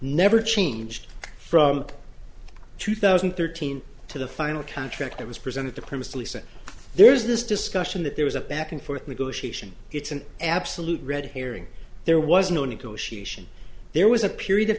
never changed from two thousand and thirteen to the final contract that was presented to previously sent there is this discussion that there was a back and forth negotiation it's an absolute red herring there was no negotiation there was a period of